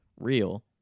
real